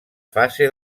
fase